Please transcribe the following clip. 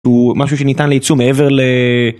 הוא משהו שניתן לייצוא מעבר ל...